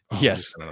yes